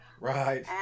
Right